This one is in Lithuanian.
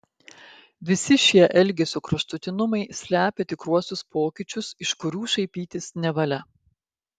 visi šie elgesio kraštutinumai slepia tikruosius pokyčius iš kurių šaipytis nevalia